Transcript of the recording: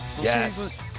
Yes